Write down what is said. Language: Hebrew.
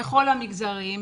בכל המגזרים,